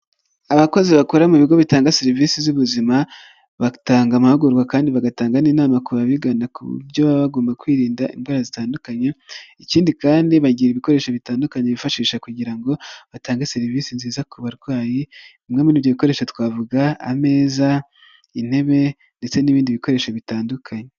Abakozi bakora mu bigo bitanga serivisi z'ubuzima, bagatanga amahugurwa kandi bagatanga n'inama ku bigana, k'uburyo baba bagomba kwirinda indwara zitandukanye. Ikindi kandi bagira ibikoresho bitandukanye bifashisha kugira ngo batange serivisi nziza ku barwayi. Bimwe muri ibyo bikoresho twavuga ameza, intebe, ndetse n'ibindi bikoresho bitandukanye.